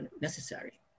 necessary